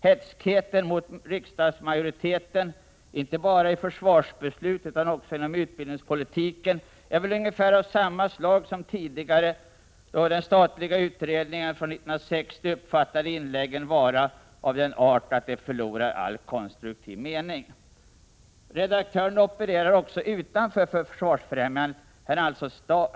Hätskheten mot riksdagsmajoriteten — inte bara i fråga om försvarsbeslut utan också beträffande utbildningspolitiken — är väl av ungefär samma slag som tidigare, då den statliga utredningen från 1960 uppfattade inläggen vara av ”den art att de förlorar all konstruktiv mening”. Redaktören opererar också utanför Försvarsfrämjandet.